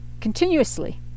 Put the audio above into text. continuously